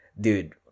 Dude